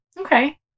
Okay